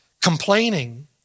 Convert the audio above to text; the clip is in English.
Complaining